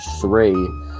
three